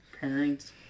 parents